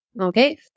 Okay